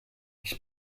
ich